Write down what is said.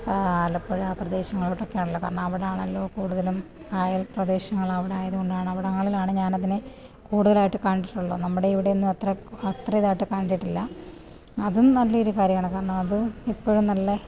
ആലപ്പുഴ ആ പ്രദേശങ്ങളോട്ടൊക്കെയാണല്ലോ കാരണം അവിടാണല്ലോ കൂടുതലും കായൽ പ്രദേശങ്ങളും അവിടെ ആയതുകൊണ്ടാണ് അവിടങ്ങളിലാണ് ഞാൻ അതിനെ കൂടുതലായിട്ട് കണ്ടിട്ടുള്ളത് നമ്മുടെ ഇവിടെയൊന്നും അത്ര അത്ര ഇതായിട്ട് കണ്ടിട്ടില്ല അതും നല്ല ഒരു കാര്യമാണ് കാരണം അതും എപ്പോഴും നല്ല